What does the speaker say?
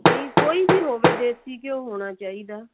ਨਹੀਂ ਕੋਈ ਵੀ ਹੋਵੇ ਦੇਸੀ ਘਿਓ ਹੋਣਾ ਚਾਹੀਦਾ